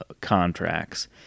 contracts